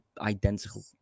identical